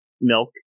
milk